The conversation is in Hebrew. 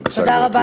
בבקשה, גברתי.